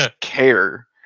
care